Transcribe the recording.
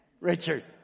Richard